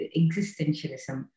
existentialism